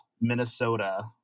Minnesota